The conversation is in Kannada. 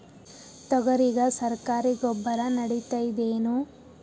ತೊಗರಿಗ ಸರಕಾರಿ ಗೊಬ್ಬರ ನಡಿತೈದೇನು?